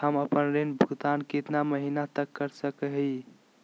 हम आपन ऋण भुगतान कितना महीना तक कर सक ही?